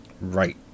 Right